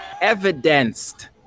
evidenced